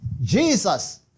Jesus